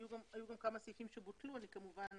היו גם כמה סעיפים שבוטלו ואני כמובן